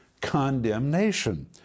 condemnation